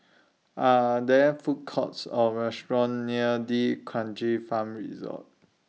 Are There Food Courts Or restaurants near D'Kranji Farm Resort